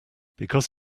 because